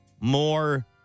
more